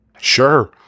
Sure